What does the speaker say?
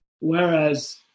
Whereas